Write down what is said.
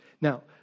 Now